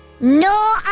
No